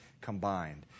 combined